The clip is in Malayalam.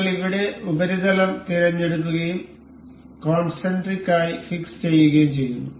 നിങ്ങൾ ഇവിടെ ഉപരിതലം തിരഞ്ഞെടുക്കുകയും കോൺസെൻട്രിക് ആയി ഫിക്സ് ചെയ്യുകയും ചെയ്യുന്നു